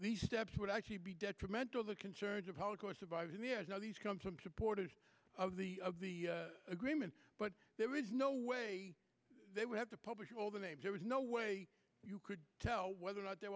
court steps would actually be detrimental the concerns of holocaust survivors and there is no these come from supporters of the agreement but there is no way they would have to publish all the names there is no way you could tell whether or not they're